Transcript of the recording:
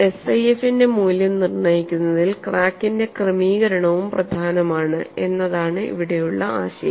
SIF ന്റെ മൂല്യം നിർണ്ണയിക്കുന്നതിൽ ക്രാക്കിന്റെ ക്രമീകരണവും പ്രധാനമാണ് എന്നതാണ് ഇവിടെയുള്ള ആശയം